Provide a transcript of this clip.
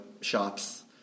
shops